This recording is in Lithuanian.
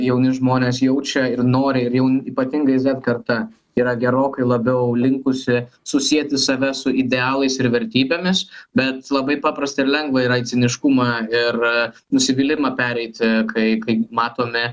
jauni žmonės jaučia ir nori ir jau ypatingai zet karta yra gerokai labiau linkusi susieti save su idealais ir vertybėmis bet labai paprasta ir lengva yra į ciniškumą ir nusivylimą pereiti kai kai matome